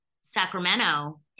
Sacramento